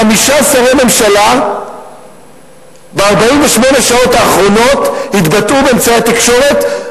חמישה שרי ממשלה ב-48 השעות האחרונות התבטאו באמצעי התקשורת,